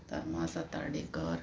Dharma Satardekar